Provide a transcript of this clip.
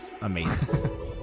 Amazing